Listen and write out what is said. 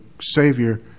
Savior